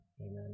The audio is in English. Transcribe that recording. Amen